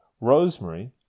rosemary